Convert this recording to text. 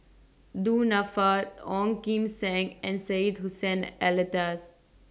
Du Nanfa Ong Kim Seng and Syed Hussein Alatas